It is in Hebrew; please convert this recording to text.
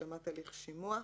השלמת הליך שימוע,